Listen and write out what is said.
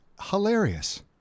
hilarious